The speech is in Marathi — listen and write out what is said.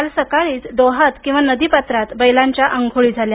काल सकाळीच डोहात किंवा नदीपात्रात बैलांच्या आंघोळी झाल्या